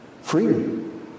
freedom